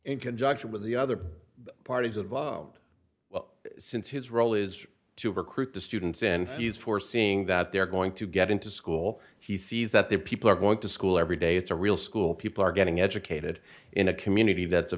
in conjunction with the other parties involved well since his role is to recruit the students and use for seeing that they're going to get into school he sees that the people are going to school every day it's a real school people are getting educated in a community that's a